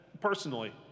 personally